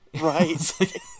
right